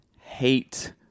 hate